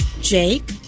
Jake